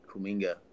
Kuminga